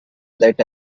that